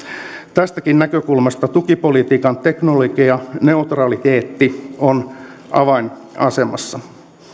tästäkin näkökulmasta tukipolitiikan teknologianeutraliteetti on avainasemassa